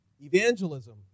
Evangelism